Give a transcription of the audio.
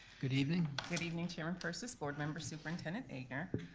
good evening. good evening chairman persis, board members, superintendent egnor.